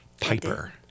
PIPER